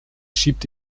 schiebt